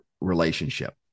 relationship